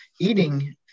eating